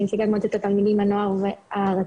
אני נציגת מועצת התלמידים והנוער הארצית.